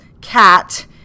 cat